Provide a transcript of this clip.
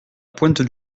pointe